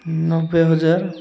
ନବେ ହଜାର